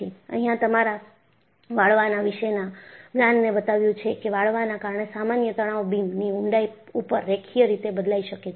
અહિયાંતમારા વાળવાના વિશેના જ્ઞાનને બતાવ્યું છે કે વાળવાના કારણે સામાન્ય તણાવ બીમની ઊંડાઈ ઉપર રેખીય રીતે બદલાઈ શકે છે